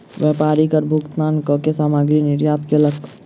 व्यापारी कर भुगतान कअ के सामग्री निर्यात कयलक